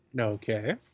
Okay